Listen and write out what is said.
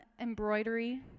embroidery